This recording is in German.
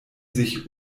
sich